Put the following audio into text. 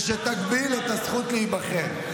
שתגביל את הזכות להיבחר.